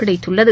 கிடைத்துள்ளது